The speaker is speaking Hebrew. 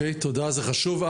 תודה, זה חשוב.